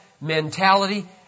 mentality